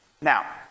Now